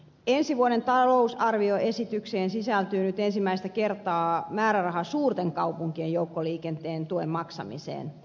ensi vuoden talousarvioesitykseen sisältyy nyt ensimmäistä kertaa määräraha suurten kaupunkien joukkoliikenteen tuen maksamiseen